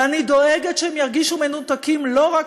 ואני דואגת שהם ירגישו מנותקים לא רק